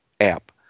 app